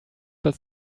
but